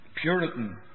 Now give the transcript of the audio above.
Puritan